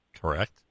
Correct